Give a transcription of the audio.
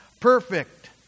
Perfect